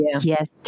Yes